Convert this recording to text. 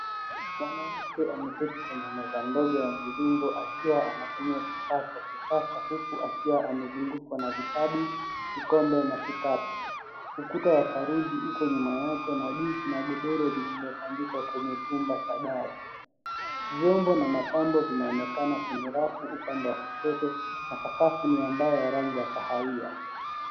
Mwanamke ameketi kwenye meza ndogo ya mviringo akiwa anatumia kifaa cha kisasa huku akiwa amezungukwa na vitabu, vikombe na kitabu. Ukuta wa zaruji uko nyuma yake na juu kuna godoro lililotandikwa kwenye chumba cha dari. Vyombo na mapambo vinaonekana kwenye rafu upande wa kushoto na sakafu ni ya mbao ya rangi ya kahawia.